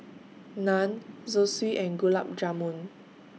Naan Zosui and Gulab Jamun